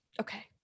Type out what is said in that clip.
Okay